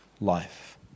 life